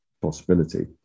possibility